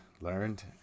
learned